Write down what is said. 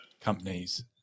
companies